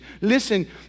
Listen